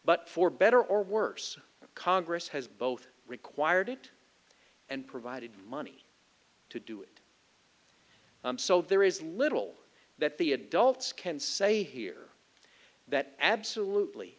but for better or worse congress has both required it and provided money to do it so there is little that the adults can say here that absolutely